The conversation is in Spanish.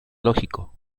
lógico